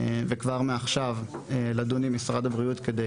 וכבר מעכשיו לדון עם משרד הבריאות כדי